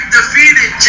Defeated